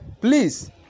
Please